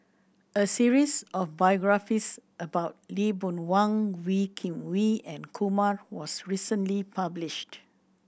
a series of biographies about Lee Boon Wang Wee Kim Wee and Kumar was recently published